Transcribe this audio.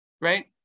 right